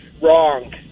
wrong